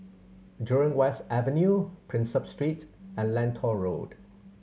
Jurong West Avenue Prinsep Street and Lentor Road